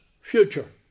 future